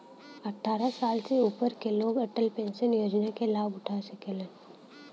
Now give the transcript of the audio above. अट्ठारह साल से ऊपर क लोग अटल पेंशन योजना क लाभ उठा सकलन